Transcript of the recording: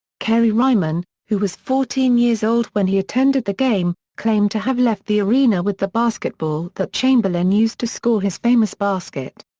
kerry ryman, who was fourteen years old when he attended the game, claimed to have left the arena with the basketball that chamberlain used to score his famous basket.